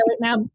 now